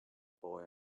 boy